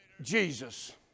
Jesus